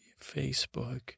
Facebook